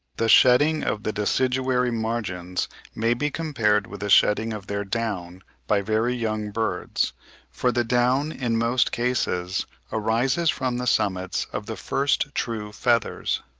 the shedding of the deciduary margins may be compared with the shedding of their down by very young birds for the down in most cases arises from the summits of the first true feathers.